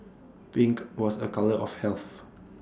pink was A colour of health